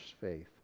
faith